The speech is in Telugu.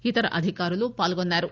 ఇతర అధికారులు పాల్గొన్నారు